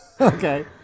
Okay